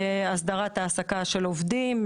הסדרת העסקה של עובדים,